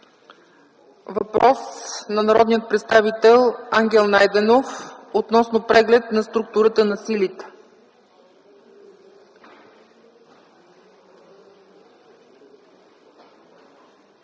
въпрос на народния представител Ангел Найденов, относно преглед на структурата на силите.